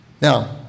Now